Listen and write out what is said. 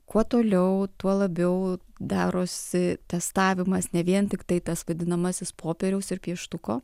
kuo toliau tuo labiau darosi testavimas ne vien tiktai tas vadinamasis popieriaus ir pieštuko